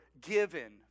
given